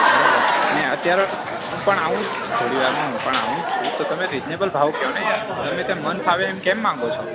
બરાબર ને અત્યારે હું પણ આવું જ છું થોડીવારમાં હું પણ આવું જ છું તો તમે રિજનેબલ ભાવ કહો ને યાર ગમે તેમ મન ફાવે એમ કેમ માગો છો